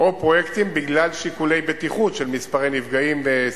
או פרויקטים בגלל שיקולי בטיחות של מספרי נפגעים וסיכון.